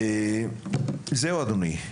זהו, אדוני.